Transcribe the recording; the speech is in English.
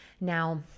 now